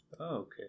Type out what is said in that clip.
Okay